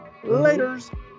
laters